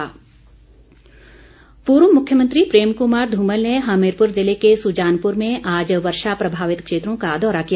ध्मल पूर्व मुख्यमंत्री प्रेम कुमार धूमल ने हमीरपुर ज़िले के सुजानपुर में आज वर्षा प्रभावित क्षेत्रों का दौरा किया